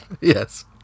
yes